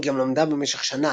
היא גם למדה במשך שנה